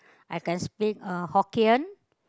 I can speak Hokkien